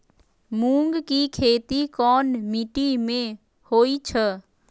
मूँग के खेती कौन मीटी मे होईछ?